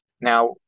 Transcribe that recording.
Now